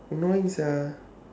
annoying sia